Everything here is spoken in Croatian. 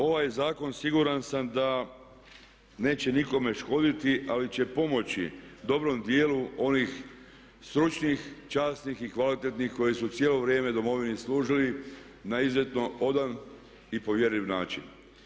Ovaj zakon siguran sam da neće nikome škoditi ali će pomoći dobrom dijelu onih stručnih, časnih i kvalitetnih koji su cijelo vrijeme Domovini služili na izuzetno odan i povjerljiv način.